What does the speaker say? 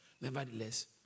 Nevertheless